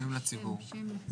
לציבור.